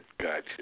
Gotcha